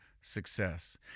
success